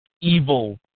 evil